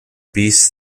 beasts